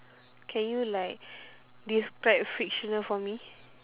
can you like describe fictional for me